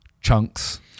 chunks